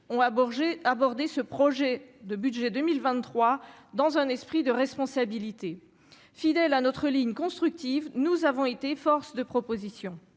aborder ce projet de budget 2023 dans un esprit de responsabilité fidèles à notre ligne constructive nous avons été, force de proposition,